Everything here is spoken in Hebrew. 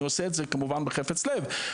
אני עושה את זה כמובן בחפץ לב,